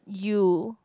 you